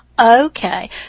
Okay